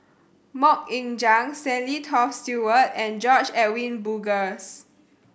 Mok Ying Jang Stanley Toft Stewart and George Edwin Bogaars